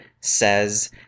says